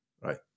right